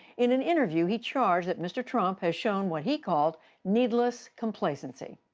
in an interview, he charged that mr. trump has shown what he called needless complacency.